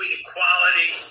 equality